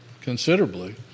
considerably